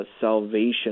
salvation